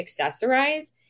accessorize